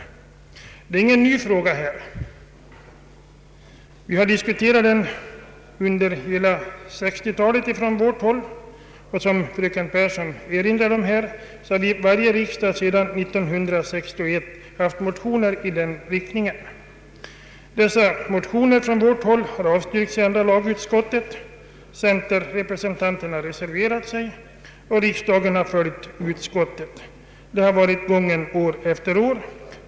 Detta är ingen ny fråga. Vi har från vårt håll diskuterat den under hela 1960-talet, och som fröken Pehrsson erinrade om har varje riksdag sedan 1961 haft motioner i denna riktning. Dessa motioner från vårt håll har avstyrkts av andra lagutskottet, centerrepresentanterna har reserverat sig, och riksdagen har följt utskottet. Sådan har gången varit år efter år.